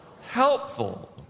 helpful